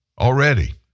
Already